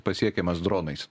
pasiekiamas dronais